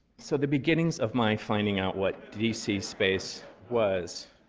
so the beginnings of my finding out what d c. space was